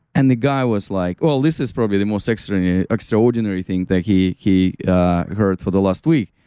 and the guy was like, well, this is probably the most extraordinary ah extraordinary thing that he he heard for the last week.